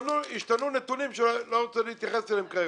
השתנו נתונים שאני לא רוצה להתייחס אליהם כרגע,